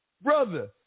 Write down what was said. Brother